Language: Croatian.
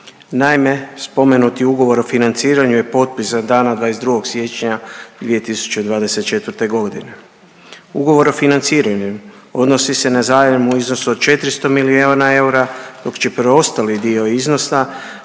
Naime, spomenuti Ugovor o financiranju je potpisan dana 22. siječnja 2024. godine. Ugovor o financiranju odnosi se na zajam u iznosu od 400 milijuna eura dok će preostali dio iznosa